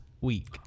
week